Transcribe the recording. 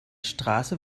straße